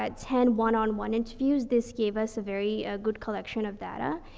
ah ten one on one interviews. this gave us a very, ah, good collection of data.